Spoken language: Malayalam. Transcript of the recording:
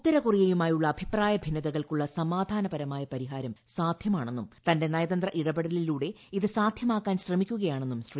ഉത്തര കൊറിയയുമായുള്ള അഭിപ്രായ ഭിന്നതകൾക്കുള്ള സമാധാനപരമായ പരിഹാരം സാധ്യമാണെന്നും തന്റെ നയതന്ത്ര ഇടപെടലിലൂടെ ഇത് സാധ്യമാക്കാൻ ശ്രമിക്കുകയാണെന്നും ശ്രീ